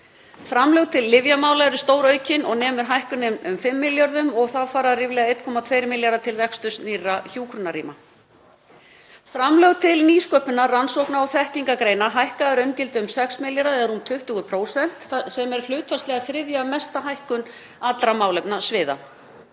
Framlög til lyfjamála eru stóraukin og nemur hækkunin um 5 milljörðum og þá fara ríflega 1,2 milljarðar til reksturs nýrra hjúkrunarrýma. Framlög til nýsköpunar, rannsókna og þekkingargreina hækka að raungildi um 6 milljarða eða rúm 20% sem er hlutfallslega þriðja mesta hækkun allra málefnasviða.